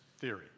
Theory